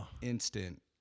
instant